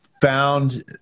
found